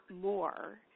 more